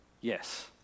Yes